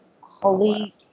holy